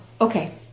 okay